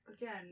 Again